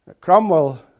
Cromwell